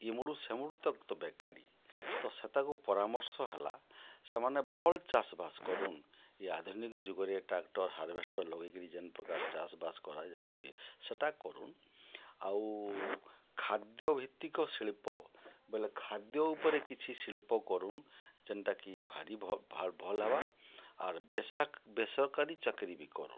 ଇମୁଡ଼ୁ ସେମୁଡ଼ୁ ତକ୍ ତ ବେକାରି ତ ସେତାକୁ ପରାମର୍ଶ ହେଲା ସେମାନେ ଭଲ୍ ଚାଷ୍ ବାଷ୍ କରୁନ୍ ଇ ଆଧୁନିକ୍ ଯୁଗରେ ଟ୍ରାକ୍ଟର୍ ହାର୍ଭେସ୍ଟର୍ ଲଗେଇକିରି ଯେନ୍ ପ୍ରକାର୍ ଚାଷ୍ ବାଷ୍ କରାଯାଉଛେ ସେଟା କରୁନ୍ ଆଉ ଖାଦ୍ୟଭିତିକ ଶିଳ୍ପ ବେଲେ ଖାଦ୍ୟ ଉପରେ କିଛି ଶିଳ୍ପ କରୁନ୍ ଜେନ୍ଟାକି ଭାରି ଭଲ୍ ହେବା ଆର୍ ବେସରକାରୀ ଚାକ୍ରି ବି କରୁନ୍